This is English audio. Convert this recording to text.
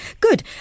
Good